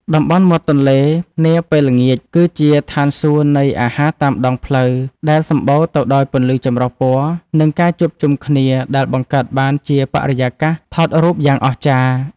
តំបន់មាត់ទន្លេនាពេលល្ងាច គឺជាឋានសួគ៌នៃអាហារតាមដងផ្លូវ ដែលសម្បូរទៅដោយពន្លឺចម្រុះពណ៌ និងការជួបជុំគ្នាដែលបង្កើតបានជាបរិយាកាសថតរូបយ៉ាងអស្ចារ្យ។